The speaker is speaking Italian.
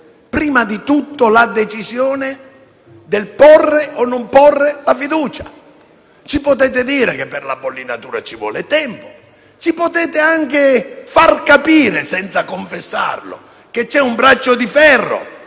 prima di tutto la decisione del porre o no la fiducia. Ci potete dire che per la bollinatura ci vuole tempo; ci potete anche far capire - senza confessarlo - che c'è un braccio di ferro